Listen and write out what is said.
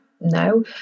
No